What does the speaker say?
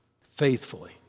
faithfully